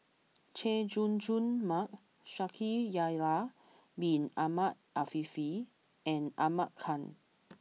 Chay Jung Jun Mark Shaikh Yahya Bin Ahmed Afifi and Ahmad Khan